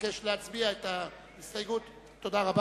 קובע שההסתייגות לא נתקבלה.